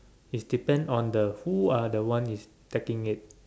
is depend on the who are the one is taking it